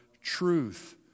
truth